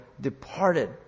departed